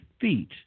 feet